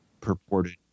purported